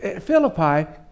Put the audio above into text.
Philippi